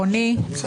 הנימוק.